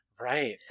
Right